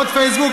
בעוד פייסבוק,